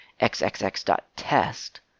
xxx.test